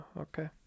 okay